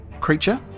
creature